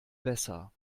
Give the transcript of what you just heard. besser